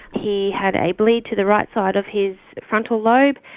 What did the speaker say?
he had a bleed to the right side of his frontal lobe,